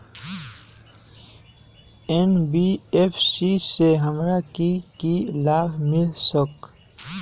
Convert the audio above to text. NBFC से हमार की की लाभ मिल सक?